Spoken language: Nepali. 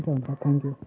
हुन्छ हुन्छ थ्याङ्कयू